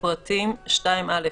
ופרטים (2א),